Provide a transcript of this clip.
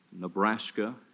Nebraska